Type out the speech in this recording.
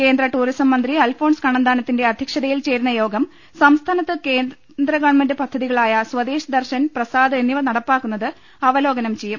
കേന്ദ്ര ടൂറിസം മന്ത്രി അൽഫോൻസ് കണ്ണന്താന ത്തിന്റെ അദ്ധ്യക്ഷതയിൽ ചേരുന്ന യോഗം സംസ്ഥാനത്ത് കേന്ദ്ര ഗവൺമെന്റ് പദ്ധതികളായ സ്വദേശ് ദർശൻ പ്രസാദ് എന്നിവ നടപ്പാക്കുന്നത് അവലോകനം ചെയ്യും